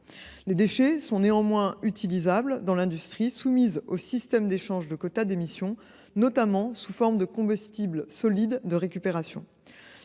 Les déchets sont néanmoins utilisables dans l’industrie, soumise au système d’échange de quotas d’émission de gaz à effet de serre, notamment sous forme de combustible solide de récupération.